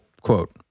quote